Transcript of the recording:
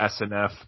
SNF